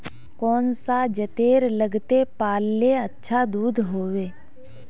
कौन सा जतेर लगते पाल्ले अच्छा दूध होवे?